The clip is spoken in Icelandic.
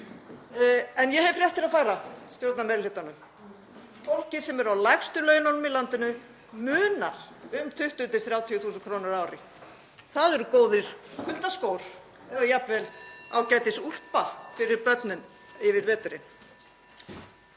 En ég hef fréttir að færa stjórnarmeirihlutanum: Fólkið sem er á lægstu laununum í landinu munar um 20.000–30.000 kr. á ári. Það eru góðir kuldaskór eða jafnvel ágætisúlpa á börnin yfir veturinn.